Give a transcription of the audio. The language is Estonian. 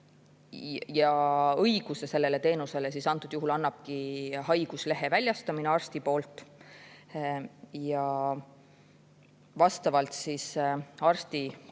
ja õiguse sellele teenusele antud juhul annabki haiguslehe väljastamine arsti poolt. Ja vastavalt arsti